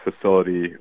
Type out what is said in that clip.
facility